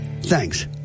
Thanks